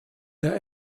der